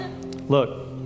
Look